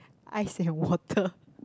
ice and water